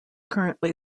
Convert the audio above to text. currently